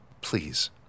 Please